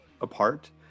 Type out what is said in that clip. apart